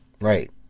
Right